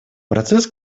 процесс